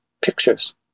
pictures